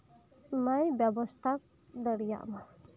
ᱚᱱᱟᱭ ᱵᱮᱵᱚᱥᱛᱟ ᱫᱟᱲᱤᱭᱟᱜ ᱢᱟ